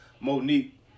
Monique